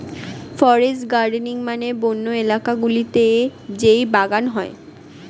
forest gardening মানে বন্য এলাকা গুলোতে যেই বাগান হয়